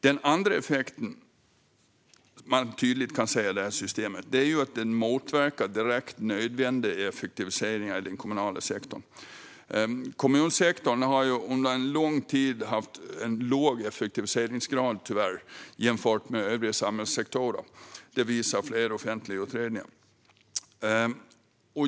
Den andra effekten man tydligt kan se av det här systemet är att det motverkar direkt nödvändiga effektiviseringar i den kommunala sektorn. Kommunsektorn har tyvärr under lång tid haft låg effektiviseringsgrad jämfört med övriga samhällssektorer. Det visar flera offentliga utredningar.